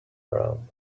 around